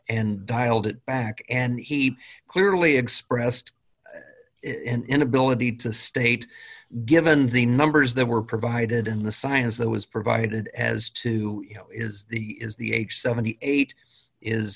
and dialed it back and he clearly expressed inability to state given the numbers that were provided in the science that was provided as to you know is he is the age seventy eight is